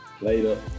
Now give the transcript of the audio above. later